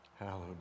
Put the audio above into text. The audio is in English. hallowed